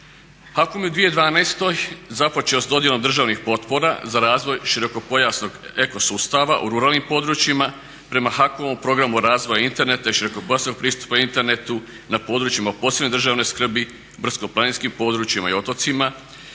HAKOM je u 2012. započeo s dodjelom državnih potpora za razvoj širokopojasnog eko sustava u ruralnim područjima prema HAKOM-ovom programu razvoju interneta i širokopojasnog pristupa internetu na područjima posebne državne skrbi, brdsko-planinskim područjima i otocima